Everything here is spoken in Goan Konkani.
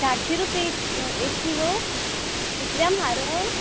चारशी रुपया एक किलो इतले म्हाराग